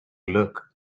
look